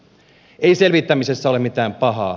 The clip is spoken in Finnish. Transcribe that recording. ei selvittämisessä ole mitään pahaa